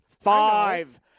Five